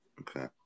okay